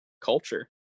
culture